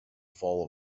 fall